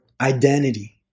identity